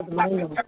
ꯑꯗꯨꯃꯥꯏꯅ ꯂꯧꯒꯦ